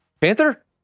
panther